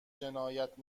جنایت